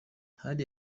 hari